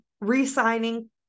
Resigning